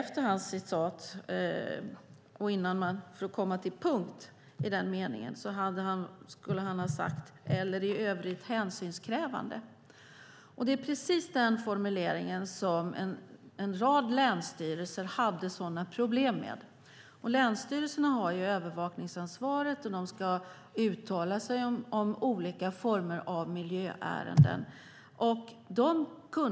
Fortsättningen på den mening han citerade lyder: "eller i övrigt hänsynskrävande". Det var denna formulering som en rad länsstyrelser hade stora problem med. Länsstyrelserna har övervakningsansvaret och ska uttala sig om olika miljöärenden.